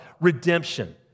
Redemption